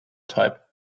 type